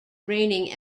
reigning